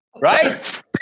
Right